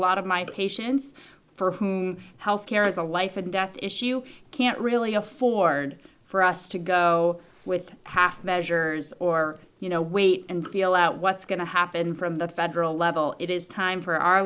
lot of my patients for whom health care is a life and death issue you can't really afford for us to go with half measures or you know wait and feel out what's going to happen from the federal level it is time for our